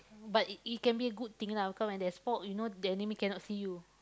but it it can be a good thing lah cause when there's fog you know the enemy cannot see you